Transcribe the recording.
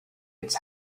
its